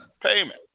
payment